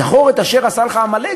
זכור את אשר עשה לך עמלק,